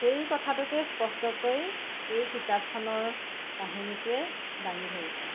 সেই কথাটোকে স্পষ্টকৈ এই কিতাপখনৰ কাহিনীটোৱে দাঙি ধৰিছে